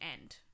end